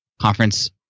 conference